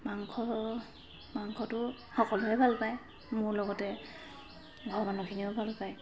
মাংস মাংসটো সকলোৱে ভাল পায় মোৰ লগতে ঘৰ মানুহখিনিয়েও ভাল পায়